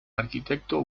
arquitecto